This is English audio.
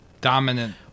dominant